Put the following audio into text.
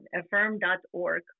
affirm.org